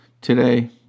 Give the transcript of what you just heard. today